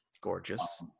gorgeous